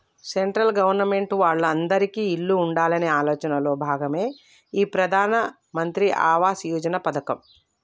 central government వాళ్ళు అందిరికీ ఇల్లు ఉండాలనే ఆలోచనలో భాగమే ఈ ప్రధాన్ మంత్రి ఆవాస్ యోజన పథకం